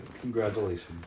Congratulations